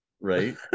right